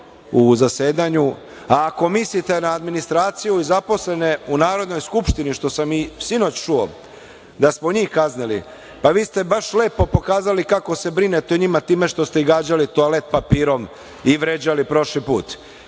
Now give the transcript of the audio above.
u zasedanju. Ako mislite na administraciju i zaposlene u Narodnoj skupštini, što sam i sinoć čuo, da smo njih kaznili, pa vi ste baš lepo pokazali kako se brinete o njima time što ste ih gađali toalet papirom i vređali prošli put.